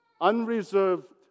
unreserved